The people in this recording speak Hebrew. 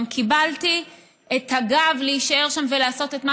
גם קיבלתי את הגב להישאר שם ולעשות את מה